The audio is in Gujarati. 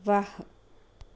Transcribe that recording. વાહ